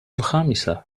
الخامسة